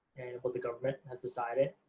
what the government has decided